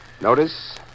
Notice